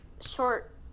Short